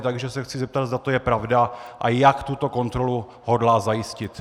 Takže se chci zeptat, zda to je pravda a jak tuto kontrolu hodlá zajistit.